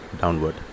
downward